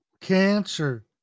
cancer